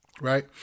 right